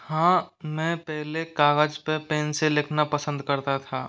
हाँ मैं पहले कागज पर पेन से लिखना पसंद करता था